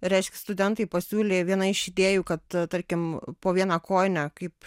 reiškia studentai pasiūlė vieną iš idėjų kad tarkim po vieną kojinę kaip